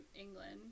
England